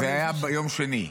-- זה היה ביום שני.